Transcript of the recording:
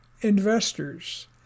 investors